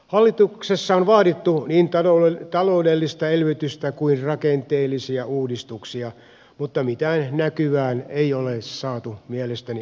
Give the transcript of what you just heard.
hallituksessa on vaadittu niin taloudellista elvytystä kuin myös rakenteellisia uudistuksia mutta mitään näkyvää ei ole saatu mielestäni aikaan